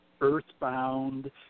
earthbound